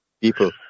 people